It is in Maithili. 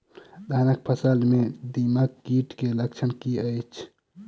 धानक फसल मे दीमक कीट केँ लक्षण की अछि?